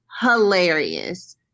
hilarious